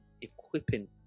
equipping